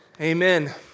Amen